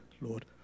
lord